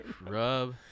Rub